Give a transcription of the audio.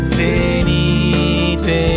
venite